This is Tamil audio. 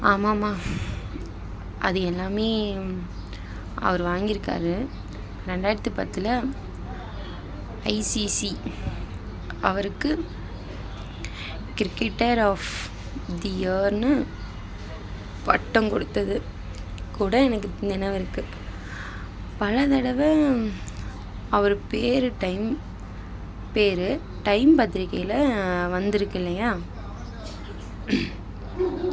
ஆமாம்மா அது எல்லாமே அவர் வாங்கி இருக்கார் ரெண்டாயிரத்தி பத்தில் ஐசிஐசி அவருக்கு கிரிக்கெட்டர் ஆஃப் தி இயருன்னு பட்டம் கொடுத்தது கூட எனக்கு நினைவு இருக்குது பல தடவை அவர் பேர் டைம் பேர் டைம் பத்திரிக்கையில் வந்து இருக்குது இல்லையா